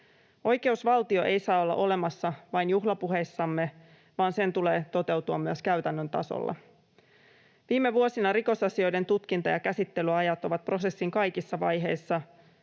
Oikeusvaltio ei saa olla olemassa vain juhlapuheissamme, vaan sen tulee toteutua myös käytännön tasolla. Viime vuosina rikosasioiden tutkinta ja käsittelyajat ovat prosessin kaikissa vaiheissa